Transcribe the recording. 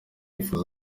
yifuza